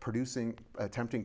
producing attempting